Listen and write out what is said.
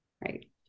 Right